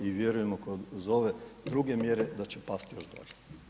I vjerujemo kroz ove druge mjere da će pasti još dolje.